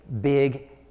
big